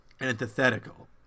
antithetical